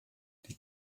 die